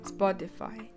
Spotify